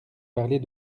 parler